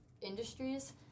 industries